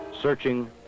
searching